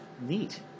neat